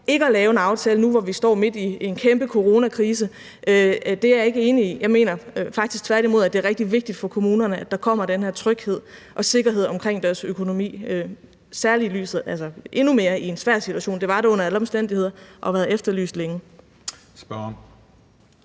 ikke at lave en aftale nu, hvor vi står midt i en kæmpe coronakrise, er jeg ikke enig i. Jeg mener faktisk tværtimod, at det er rigtig vigtigt for kommunerne, at der kommer den her tryghed og sikkerhed omkring deres økonomi i en svær situation – det var det under alle omstændigheder – som har været efterlyst længe. Kl.